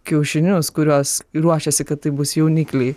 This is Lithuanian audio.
kiaušinius kuriuos ruošiasi kad tai bus jaunikliai